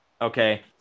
Okay